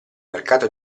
mercato